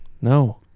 No